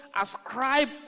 ascribe